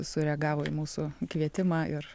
sureagavo į mūsų kvietimą ir